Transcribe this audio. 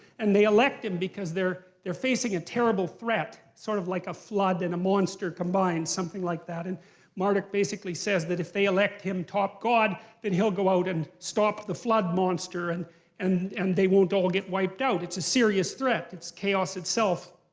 and they elect him because they're they're facing a terrible threat. sort of like a flood and a monster combined, something like that. and marduk basically says that if they elect him top god, then he'll go out and stop the flood monster. and and they won't all get wiped out. it's a serious threat, it's chaos itself,